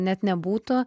net nebūtų